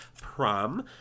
prom